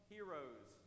Heroes